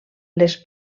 les